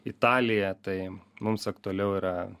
italiją tai mums aktualiau yra